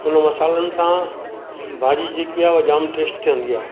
हुन मसालनि सां भाॼी जेकी आहे उहा जाम टेस्टी ठहंदी आहे